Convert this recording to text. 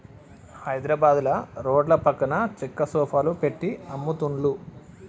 హైద్రాబాదుల రోడ్ల పక్కన చెక్క సోఫాలు పెట్టి అమ్ముతున్లు